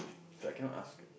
so I cannot ask